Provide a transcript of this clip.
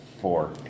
Four